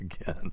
again